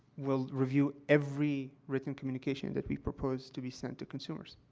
will review every written communication that we propose to be sent to consumers.